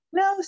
no